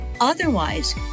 Otherwise